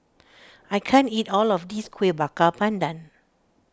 I can't eat all of this Kuih Bakar Pandan